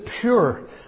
pure